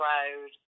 Road